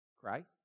Christ